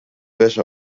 wäsche